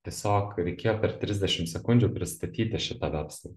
tiesiog reikėjo per trisdešim sekundžių pristatyti šitą verslą